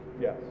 yes